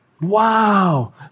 Wow